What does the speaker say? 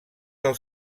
del